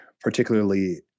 particularly